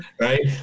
Right